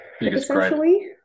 essentially